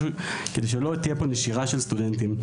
כדי שפשט לא תהיה פה נשירה של סטודנטים.